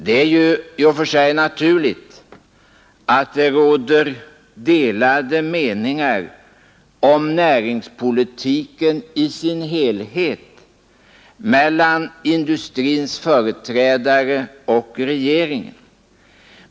Det är i och för sig naturligt att det råder delade meningar om näringspolitiken i dess helhet mellan industrins företrädare och regeringen.